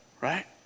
right